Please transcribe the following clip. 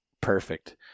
perfect